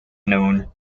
known